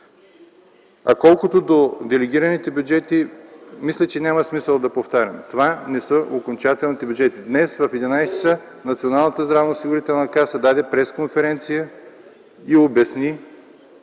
Колкото до делегираните бюджети, мисля, че няма смисъл да повтарям – това не са окончателните бюджети. Днес в 11,00 ч. Националната здравноосигурителна каса даде пресконференция и обясни